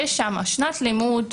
יש שם שנת לימוד,